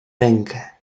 rękę